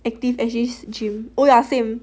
active S_G gym oh ya same